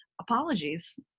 apologies